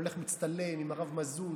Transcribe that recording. הוא הולך ומצטלם עם הרב מאזוז,